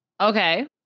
Okay